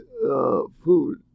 food